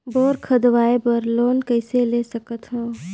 Bore खोदवाय बर loan कइसे ले सकथव?